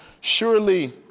Surely